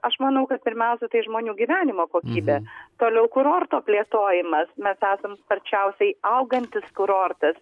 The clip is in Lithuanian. aš manau kad pirmiausia tai žmonių gyvenimo kokybė toliau kurorto plėtojimas mes esam sparčiausiai augantis kurortas